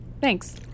Thanks